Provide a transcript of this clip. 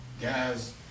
guys